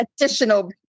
additional